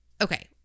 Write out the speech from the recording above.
okay